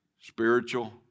spiritual